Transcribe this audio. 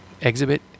exhibit